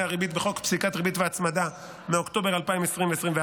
הריבית בחוק פסיקת ריבית והצמדה מאוקטובר 2021,